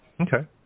Okay